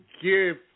give